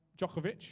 Djokovic